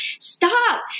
stop